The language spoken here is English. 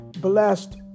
blessed